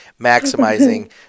maximizing